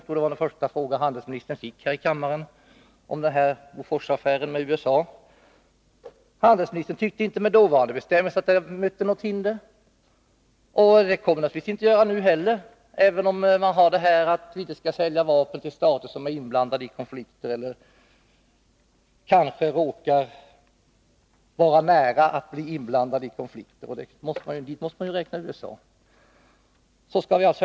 Det var den första fråga handelsministern fick om Boforsaffären med USA. Handelsministern tyckte inte att det enligt då gällande bestämmelser förelåg något hinder. Det kommer han naturligtvis inte att göra nu heller, även om vi inte skall sälja vapen till stater som är inblandade i konflikter eller kanske råkar vara nära att bli inblandade i sådana. Dit måste man räkna USA.